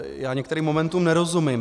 Já některým momentům nerozumím.